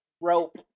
rope